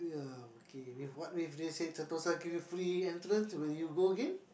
uh okay with what way if they say Sentosa give you free entrance will you go again